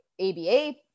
ABA